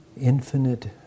infinite